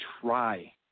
try